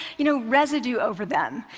you know, residue over them.